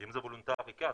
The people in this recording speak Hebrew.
אם זה וולונטרי, כן.